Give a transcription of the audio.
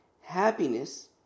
Happiness